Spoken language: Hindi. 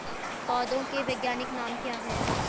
पौधों के वैज्ञानिक नाम क्या हैं?